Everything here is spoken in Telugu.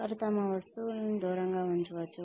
వారు తమ వస్తువులను దూరంగా ఉంచవచ్చు